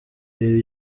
ibi